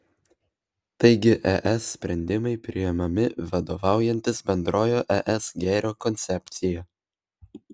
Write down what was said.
taigi es sprendimai priimami vadovaujantis bendrojo es gėrio koncepcija